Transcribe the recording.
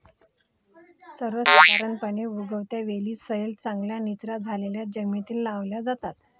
सर्वसाधारणपणे, उगवत्या वेली सैल, चांगल्या निचरा झालेल्या जमिनीत लावल्या जातात